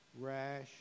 rash